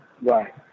Right